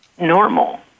normal